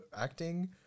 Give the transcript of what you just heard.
acting